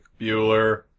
Bueller